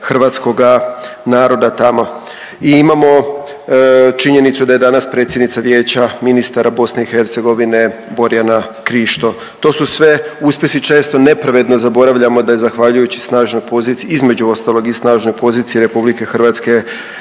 hrvatskoga naroda tamo i imamo činjenicu da je danas predsjednica Vijeća ministara BiH Borjana Krišto. To su sve uspjesi, često nepravedno zaboravljamo da je zahvaljujući snažnoj poziciji, između ostalog i snažnoj poziciji RH jedan